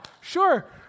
sure